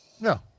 No